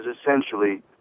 essentially